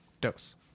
dose